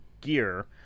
Gear